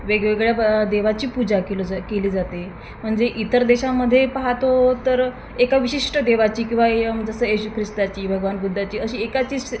वेगवेगळ्या ब देवांची पूजा केली जा केली जाते म्हणजे इतर देशांमध्ये पाहतो तर एका विशिष्ट देवाची किंवा ये म जसं येशू ख्रिस्ताची भगवान बुद्धाची अशी एकाचीच